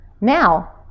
Now